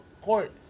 court